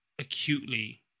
acutely